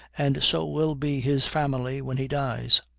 and so will be his family when he dies.